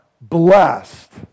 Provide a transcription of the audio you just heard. blessed